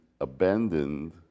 abandoned